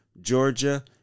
Georgia